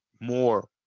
more